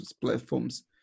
platforms